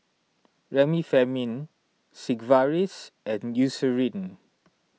Remifemin Sigvaris and Eucerin